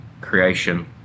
creation